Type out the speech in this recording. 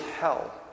hell